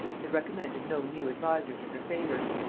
it recommended no new adviser to her favor,